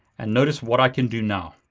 and notice what i can do now.